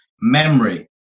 memory